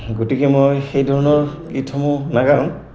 গতিকে মই সেই ধৰণৰ গীতসমূহ নাগাওঁ